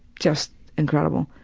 just incredible.